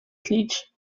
tlić